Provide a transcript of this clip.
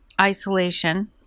isolation